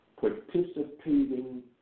participating